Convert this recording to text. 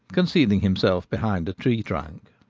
concealing himself behind a tree trunk.